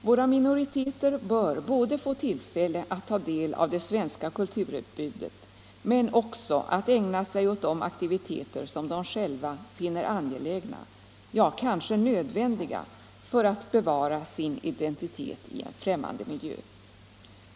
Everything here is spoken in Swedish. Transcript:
Våra minoriteter bör få tillfälle att ta del av det svenska kulturutbudet men också att ägna sig åt aktiviteter som de själva finner angelägna, ja, kanske nödvändiga för att bevara sin identitet i en främmande miljö.